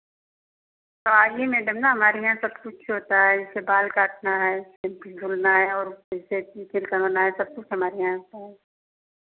तो आइए मैडम ना हमारे यहाँ सब कुछ होता है जैसे बाल काटना है शैम्पू से धुलना है और जैसे करवाना है सब कुछ हमारे यहाँ पे है